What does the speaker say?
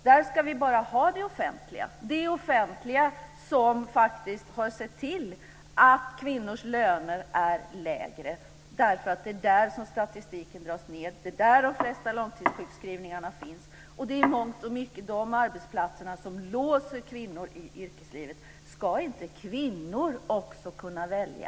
Där ska vi bara ha det offentliga, det offentliga som faktiskt har sett till att kvinnors löner är lägre. Det är där som statistiken dras ned. Det är där de flesta långtidssjukskrivningarna finns, och det är i mångt och mycket dessa arbetsplatser som låser kvinnor i yrkeslivet. Ska inte också kvinnor kunna välja?